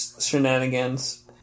shenanigans